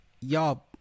y'all